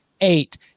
eight